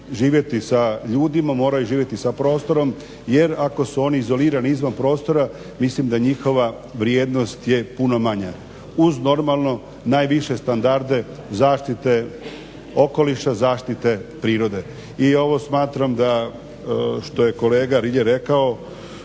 živjeti sa ljudima, moraju živjeti sa prostorom. Jer ako su oni izolirani izvan prostora mislim da njihova vrijednost je puno manja uz normalno najviše standarde zaštite okoliša, zaštite prirode. I ovo smatram da što je kolega Rilje rekao